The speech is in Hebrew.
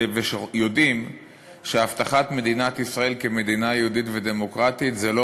ושיודעים שהבטחתה כמדינה יהודית ודמוקרטית זו לא